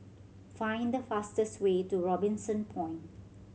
find the fastest way to Robinson Point